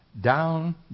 down